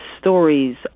stories